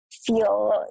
feel